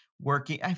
working